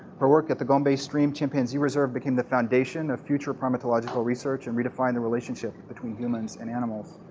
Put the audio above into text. her work at the gombe stream chimpanzee reserve became the foundation of future primatological research and redefined the relationship between humans and animals.